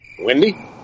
Wendy